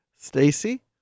Stacy